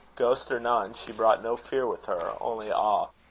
ghost or none, she brought no fear with her, only awe.